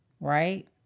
right